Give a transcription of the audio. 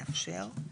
לאפשר.